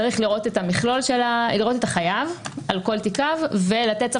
צריך לראות את החייב על כל תיקיו ולתת צו